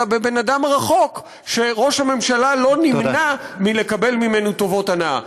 אלא בבן-אדם רחוק שראש הממשלה לא נמנע מלקבל ממנו טובות הנאה.